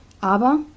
Aber